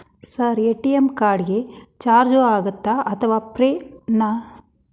Sir ATM card ಗೆ charge ಆಗುತ್ತಾ ಅಥವಾ ಫ್ರೇ ನಾ?